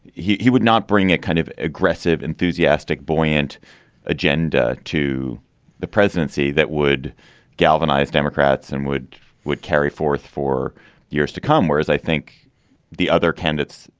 he he would not bring a kind of aggressive, enthusiastic, buoyant agenda to the presidency that would galvanize democrats and would would carry forth for years to come. whereas i think the other candidates.